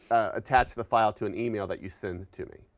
attach the file to an email that you send it to me.